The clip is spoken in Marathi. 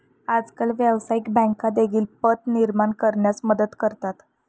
आजकाल व्यवसायिक बँका देखील पत निर्माण करण्यास मदत करतात